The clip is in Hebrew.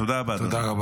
תודה רבה,